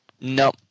No